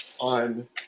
on